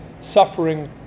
suffering